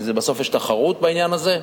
כי בסוף יש תחרות בעניין הזה,